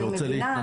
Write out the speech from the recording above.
אני מבינה,